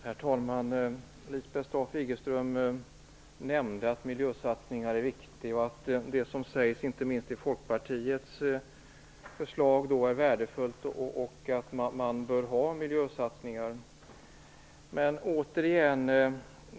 Herr talman! Lisbeth Staaf-Igelström nämnde att miljösatsningar är viktiga och att det som sägs inte minst i Folkpartiets förslag är värdefullt.